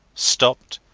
stopped,